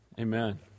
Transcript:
amen